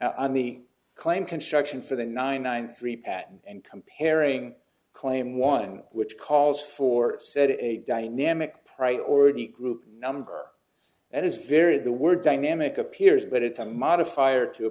on the claim construction for the nine nine three patent and comparing claim one which calls for said in a dynamic priority group number that is very the word dynamic appears but it is a modifier to a